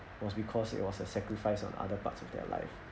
was because it was a sacrifice on other parts of their life